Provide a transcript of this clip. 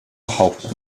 behaupten